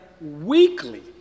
weekly